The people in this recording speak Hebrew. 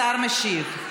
השר משיב.